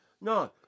No